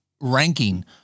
ranking